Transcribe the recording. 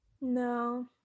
no